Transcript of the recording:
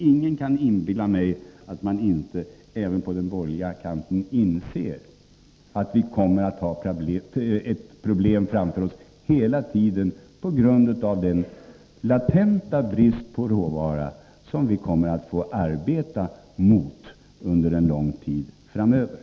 Ingen kan inbilla mig att man inte även på den borgerliga kanten inser att vi kommer att ha problem på grund av den latenta brist på råvara som vi får arbeta mot under en lång tid framöver.